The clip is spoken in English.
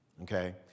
Okay